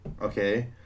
Okay